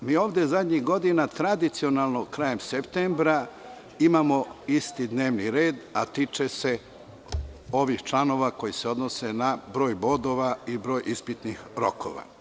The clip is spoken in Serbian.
Mi ovde zadnjih godina tradicionalno, krajem septembra, imamo isti dnevni red, a tiče se ovih članova koji se odnose na broj bodova i broj ispitnih rokova.